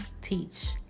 teach